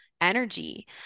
energy